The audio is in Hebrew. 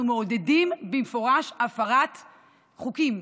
אנחנו מעודדים במפורש הפרת חוקים,